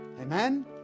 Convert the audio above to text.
Amen